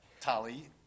Tali